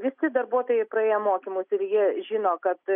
visi darbuotojai praėję mokymus ir jie žino kad